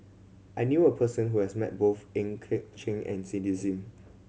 I knew a person who has met both Goh Eck Kheng and Cindy Sim